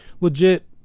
legit